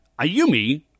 Ayumi